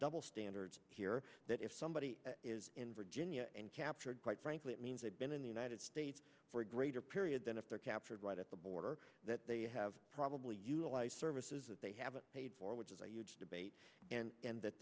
double standards here that if somebody is in virginia and captured quite frankly it means they've been in the united states for a greater period than if they're captured right at the border that they have probably utilized services that they haven't paid for which is a huge debate and